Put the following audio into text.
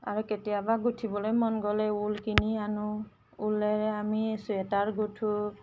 আৰু কেতিয়াবা গোঁঠিবলৈ মন গ'লে ঊল কিনি আনো ঊলেৰে আমি চুৱেটাৰ গোঁঠো